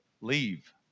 leave